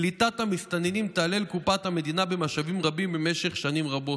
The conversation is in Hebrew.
קליטת המסתננים תעלה לקופת המדינה במשאבים רבים במשך שנים רבות.